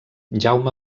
jaume